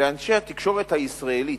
ואנשי התקשורת הישראלית,